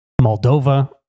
Moldova